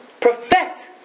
perfect